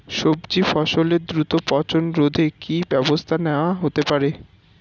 সবজি ফসলের দ্রুত পচন রোধে কি ব্যবস্থা নেয়া হতে পারে?